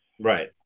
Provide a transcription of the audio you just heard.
Right